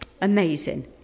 Amazing